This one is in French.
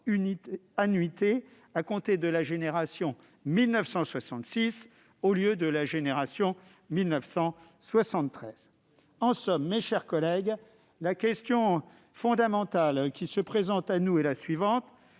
annuités à compter de la génération 1966, au lieu de la génération 1973. En somme, mes chers collègues, la question fondamentale qui se présente à nous est la suivante